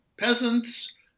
peasants